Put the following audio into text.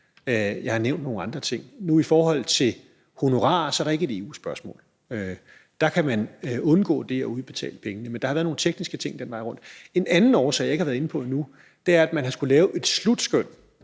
jeg har nævnt nogle andre ting. Nu i forhold til honorarer er det ikke et EU-spørgsmål. Der kan man undgå det at udbetale pengene. Men der har været nogle tekniske ting den vej rundt. En anden årsag, jeg ikke har været inde på endnu, er, at man har skullet lave et slutskøn